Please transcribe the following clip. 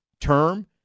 term